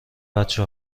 بچه